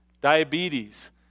diabetes